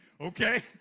Okay